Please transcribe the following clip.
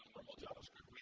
normal javascript.